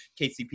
KCP